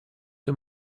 him